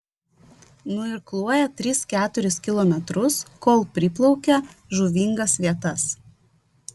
nuirkluoja tris keturis kilometrus kol priplaukia žuvingas vietas